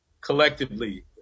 collectively